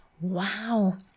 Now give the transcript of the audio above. wow